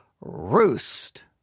roost